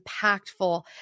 impactful